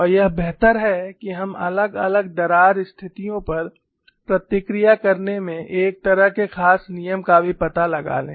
और यह बेहतर है कि हम अलग अलग दरार स्थितियों पर प्रतिक्रिया करने में एक तरह के ख़ास नियम का भी पता लगा लें